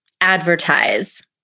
advertise